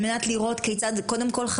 קודם כל,